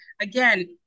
Again